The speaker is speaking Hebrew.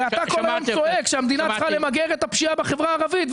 הרי אתה כל הזמן צועק שהמדינה צריכה למגר את הפשיעה בחברה הערבית,